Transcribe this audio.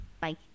Bye